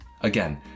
Again